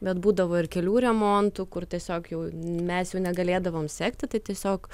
bet būdavo ir kelių remontų kur tiesiog jau mes jau negalėdavom sekti tai tiesiog